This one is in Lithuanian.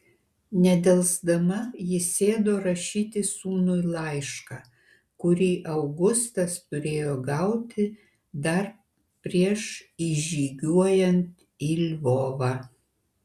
nedelsdama ji sėdo rašyti sūnui laišką kurį augustas turėjo gauti dar prieš įžygiuojant į lvovą